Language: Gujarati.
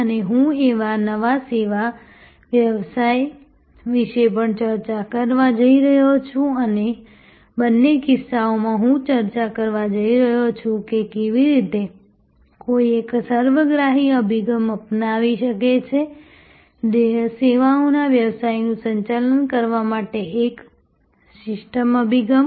અને હું એક નવા સેવા વ્યવસાય વિશે પણ ચર્ચા કરવા જઈ રહ્યો છું અને બંને કિસ્સાઓમાં હું ચર્ચા કરવા જઈ રહ્યો છું કે કેવી રીતે કોઈ એક સર્વગ્રાહી અભિગમ અપનાવી શકે સેવાઓના વ્યવસાયનું સંચાલન કરવા માટે એક સિસ્ટમ અભિગમ